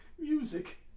music